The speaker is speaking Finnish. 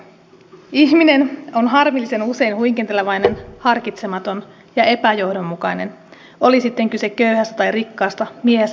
ihminen on harmillisen usein huikentelevainen harkitsematon ja epäjohdonmukainen oli sitten kyse köyhästä tai rikkaasta miehestä tai naisesta